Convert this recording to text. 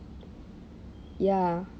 ya